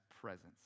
presence